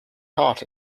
heart